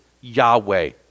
Yahweh